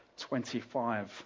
25